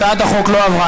הצעת החוק לא עברה.